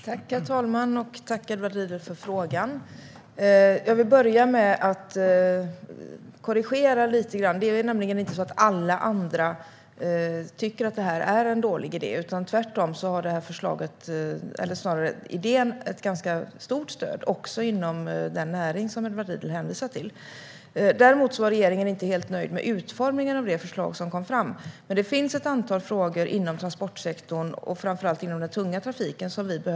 Herr talman! Jag tackar Edward Riedl för frågan. Jag vill börja med att korrigera lite grann. Det är nämligen inte så att alla andra tycker att det här är en dålig idé. Tvärtom har den här idén ett ganska stort stöd också inom den näring som Edward Riedl hänvisar till. Däremot var regeringen inte helt nöjd med utformningen av det förslag som kom fram. Men det finns ett antal frågor som vi behöver hantera inom transportsektorn, framför allt inom den tunga trafiken.